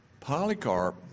Polycarp